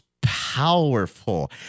powerful